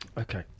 Okay